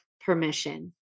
permission